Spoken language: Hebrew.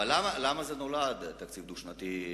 אבל למה זה נולד תקציב דו-שנתי,